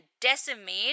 decimate